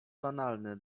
banalne